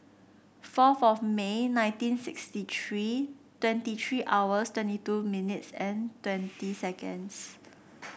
fourth of May nineteen sixty three twenty three hours twenty two minutes and twenty seconds